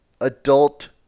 Adult